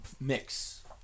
mix